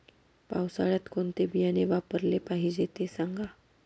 पावसाळ्यात कोणते बियाणे वापरले पाहिजे ते सांगा